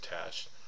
attached